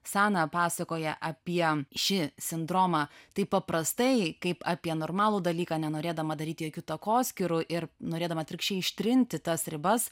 sana pasakoja apie šį sindromą taip paprastai kaip apie normalų dalyką nenorėdama daryti jokių takoskyrų ir norėdama atvirkščiai ištrinti tas ribas